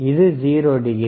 இது 0 டிகிரி